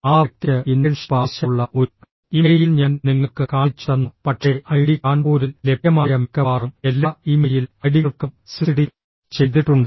ആ വ്യക്തിക്ക് ഇന്റേൺഷിപ്പ് ആവശ്യമുള്ള ഒരു ഇമെയിൽ ഞാൻ നിങ്ങൾക്ക് കാണിച്ചുതന്നു പക്ഷേ ഐഐടി കാൺപൂരിൽ ലഭ്യമായ മിക്കവാറും എല്ലാ ഇമെയിൽ ഐഡികൾക്കും സിസിഡി ചെയ്തിട്ടുണ്ട്